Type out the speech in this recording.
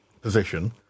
position